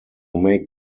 make